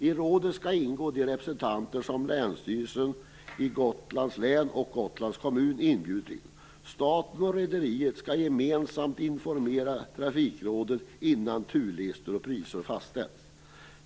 I rådet skall de representanter ingå som Länsstyrelsen i Gotlands län och Gotlands kommun inbjuder. Staten och rederiet skall gemensamt informera Trafikrådet innan turlistor och priser fastställs.